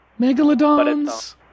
megalodons